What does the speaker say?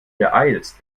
beeilst